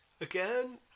again